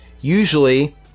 usually